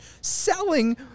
selling –